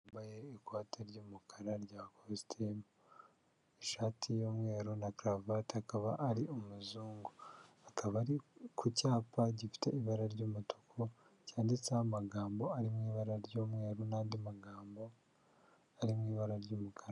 Umugabo wambaye ikote ry'umukara rya kositimu, ishati y'umweru na karavate akaba ari umuzungu akaba ari ku cyapa gifite ibara ry'umutuku cyanditseho amagambo ari mu ibara ry'umweru n'andi magambo ari mu ibara ry'umukara.